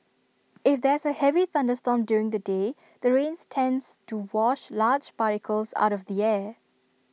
if there's A heavy thunderstorm during the day the rains tends to wash large particles out of the air